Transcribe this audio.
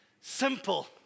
simple